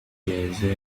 jersey